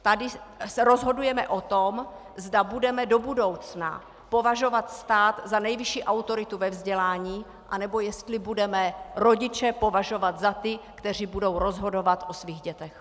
Tady se rozhodujeme o tom, zda budeme do budoucna považovat stát za nejvyšší autoritu ve vzdělání, anebo jestli budeme rodiče považovat za ty, kteří budou rozhodovat o svých dětech.